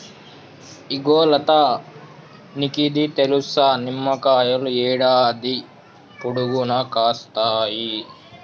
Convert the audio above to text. ఇగో లతా నీకిది తెలుసా, నిమ్మకాయలు యాడాది పొడుగునా కాస్తాయి